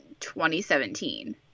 2017